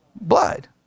Blood